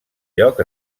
lloc